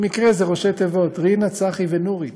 במקרה, זה ראשי תיבות: רינה, צחי ונורית.